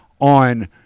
on